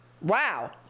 Wow